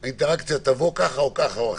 האינטראקציה תבוא ככה או ככה או אחרת.